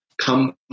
come